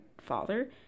father